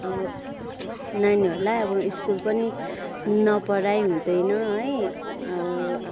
अब नानीहरूलाई अब स्कुल पनि नपढाइ हुँदैन है अब